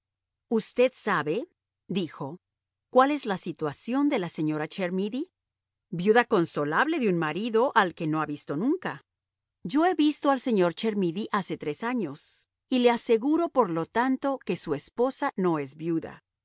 usted sabe dijo cuál es la situación de la señora de chermidy viuda consolable de un marido al que no ha visto nunca yo he visto al señor chermidy hace tres años y le aseguro por lo tanto que su esposa no es viuda